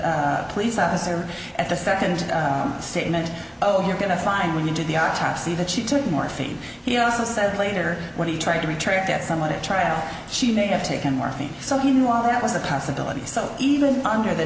the police officer at the second statement oh you're going to find when you do the our top see that she took morphine he also said later when he tried to retract that somewhat at trial she may have taken more things so he knew all that was a possibility so even under the